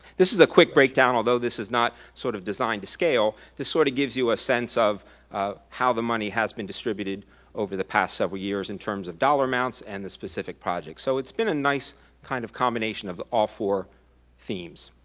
this is a quick breakdown although, this is not sort of designed to scale, this sort of gives you a sense of how the money has been distributed over the past several years in terms of dollar amounts and the specific project. so it's been a nice kind of combination of all four themes